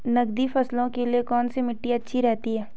नकदी फसलों के लिए कौन सी मिट्टी अच्छी रहती है?